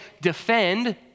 defend